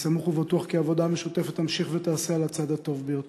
אני סמוך ובטוח כי העבודה המשותפת תימשך ותיעשה על הצד הטוב ביותר.